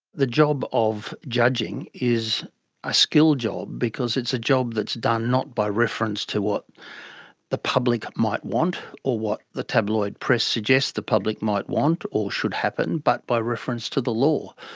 the job of judging is a skilled job, because it's a job that's done not by reference to what the public might want or what the tabloid press suggests the public might want or should happen, but by reference to the law.